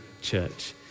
church